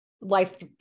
life